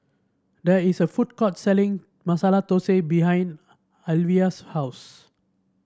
there is a food court selling Masala Thosai behind Alyvia's house